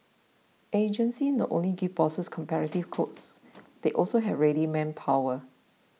agencies not only give bosses competitive quotes they also have ready manpower